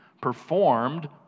performed